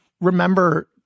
remember